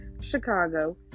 Chicago